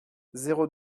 zéro